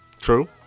True